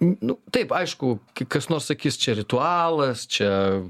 nu taip aišku kai kas nors sakys čia ritualas čia